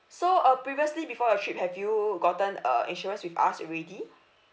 so uh previously before your trip have you gotten uh insurance with us already